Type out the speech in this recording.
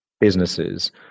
businesses